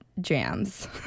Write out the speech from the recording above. jams